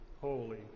holy